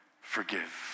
Forgive